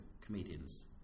comedians